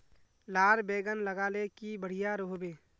लार बैगन लगाले की बढ़िया रोहबे?